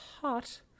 hot